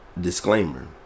disclaimer